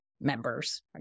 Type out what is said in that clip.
members